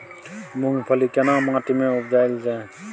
मूंगफली केना माटी में उपजायल जाय?